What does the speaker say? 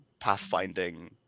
pathfinding